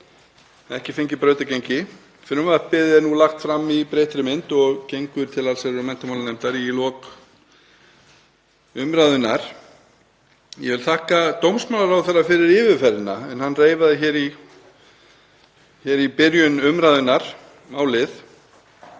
ekki fengið brautargengi. Frumvarpið er nú lagt fram í breyttri mynd og gengur til allsherjar- og menntamálanefndar í lok umræðunnar. Ég vil þakka dómsmálaráðherra fyrir yfirferðina. Hann reifaði hér í byrjun umræðunnar málið.